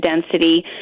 density